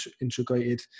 integrated